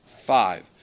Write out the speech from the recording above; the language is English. Five